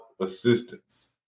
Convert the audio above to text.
assistance